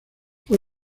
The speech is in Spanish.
fue